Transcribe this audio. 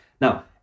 Now